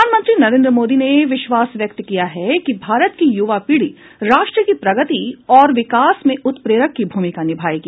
प्रधानमंत्री नरेन्द्र मोदी ने विश्वास व्यक्त किया है कि भारत की युवा पीढ़ी राष्ट्र की प्रगति और विकास में उत्प्रेरक की भूमिका निभाएगी